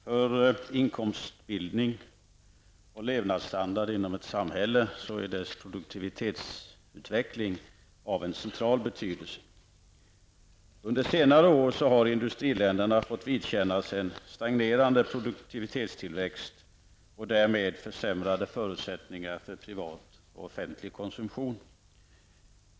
Herr talman! För inkomstbildning och levnadsstandard inom ett samhälle är dess produktivitetsutveckling av central betydelse. Under senare år har industriländerna fått vidkännas en stagnerande produktivitetstillväxt och därmed försämrade förutsättningar för privat och offentlig konsumtion.